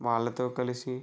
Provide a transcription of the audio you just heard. వాళ్ళతో కలిసి